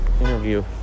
interview